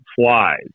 flies